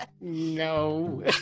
no